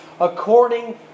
according